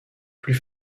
plus